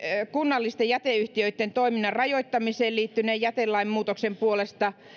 kunnallisten jäteyhtiöitten toiminnan rajoittamiseen liittyneen jätelain muutoksen puolesta